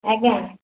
ଆଜ୍ଞା